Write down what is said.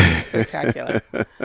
spectacular